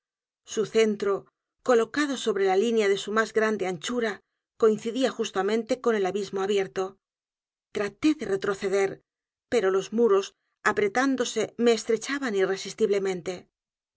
su centro colocado sobre la línea de su más grande anchura coincidía justamente con el abismo abierto t r a t ó de retroceder pero los muros apretándose me estrechaban irresistiblemente